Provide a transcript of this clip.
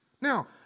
Now